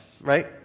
right